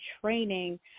training